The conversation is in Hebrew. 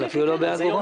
אפילו לא באגורה.